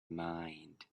mind